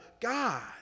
God